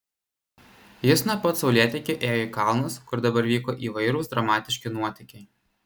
jis nuo pat saulėtekio ėjo į kalnus kur dabar vyko įvairūs dramatiški nuotykiai